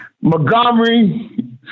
Montgomery